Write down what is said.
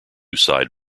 side